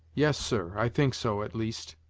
yes, sir, i think so, at least.